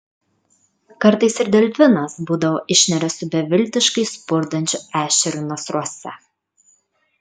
kartais ir delfinas būdavo išneria su beviltiškai spurdančiu ešeriu nasruose